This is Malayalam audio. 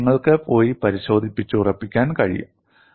ഇത് നിങ്ങൾക്ക് പോയി പരിശോധിച്ചുറപ്പിക്കാൻ കഴിയും